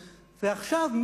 ועכשיו,